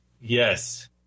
Yes